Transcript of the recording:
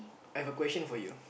I've a question for you